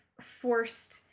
forced